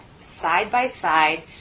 side-by-side